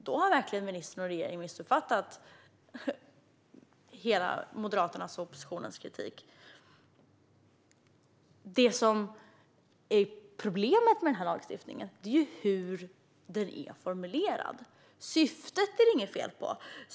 Då har verkligen ministern och regeringen missuppfattat Moderaternas och oppositionens hela kritik. Problemet med den här lagstiftningen är ju hur den är formulerad. Syftet är det inget fel på.